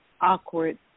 awkward